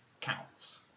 counts